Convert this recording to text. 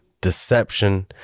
deception